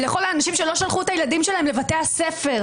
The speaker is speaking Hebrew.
לכל האנשים שלא שלחו את הילדים שלהם לבתי הספר,